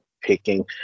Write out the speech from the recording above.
picking